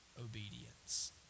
obedience